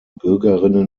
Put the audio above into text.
bürgerinnen